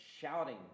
shouting